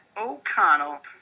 O'Connell